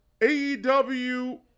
AEW